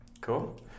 Cool